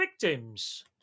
victims